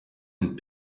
and